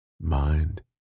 mind